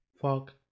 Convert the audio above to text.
Fuck